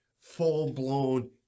full-blown